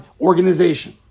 organization